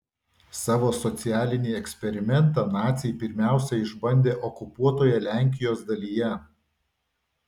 savo socialinį eksperimentą naciai pirmiausia išbandė okupuotoje lenkijos dalyje